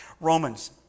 Romans